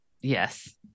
yes